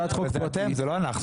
זה לא אנחנו,